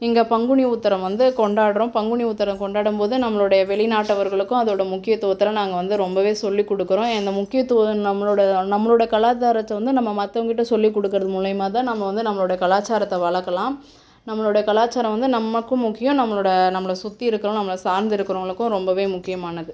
இங்கே பங்குனி உத்திரம் வந்து கொண்டாடுகிறோம் பங்குனி உத்திரம் கொண்டாடும் போது நம்மளுடைய வெளிநாட்டவர்களுக்கும் அதோடய முக்கியத்துவத்துலாம் நாங்கள் வந்து ரொம்பவே சொல்லிக்கொடுக்குறோம் அந்த முக்கியத்துவம் நம்மளோடய நம்மளோடய கலாச்சாரத்தை வந்து நம்ம மற்றவங்ககிட்ட சொல்லிக்கொடுக்குறது மூலியமா தான் நம்ம வந்து நம்மளுடைய கலாச்சாரத்தை வளர்க்கலாம் நம்மளோடய கலாச்சாரம் வந்து நமக்கும் முக்கியம் நம்மளோடய நம்மளை சுற்றி இருக்கிறவங்க நம்மளை சார்ந்து இருக்கிறவங்களுக்கும் ரொம்பவே முக்கியமானது